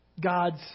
God's